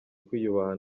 kwiyubaha